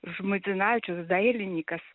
žmuidzinavičius dailinykas